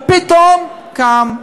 ופתאום הוא קם?